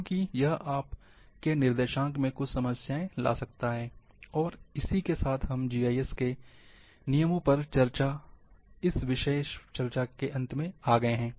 क्योंकि यह आपके निर्देशांक में कुछ समस्याएं ला सकता है और इसी के साथ हम जीआईएस के नियमों पर इस विशेष चर्चा के अंत में आ गए हैं